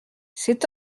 cet